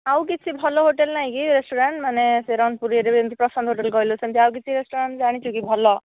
ଆଉ କିଛି ଭଲ ହୋଟେଲ ନାହିଁ କି ରେଷ୍ଟୁରାଣ୍ଟ ମାନେ ସେ ରଣପୁରରେ ଯେମିତି ପ୍ରଶାନ୍ତ ହୋଟେଲ କହିଲୁ ସେମିତି ଆଉ କିଛି ରେଷ୍ଟୁରାଣ୍ଟ ଜାଣିଛୁ କି ଭଲ